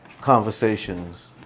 conversations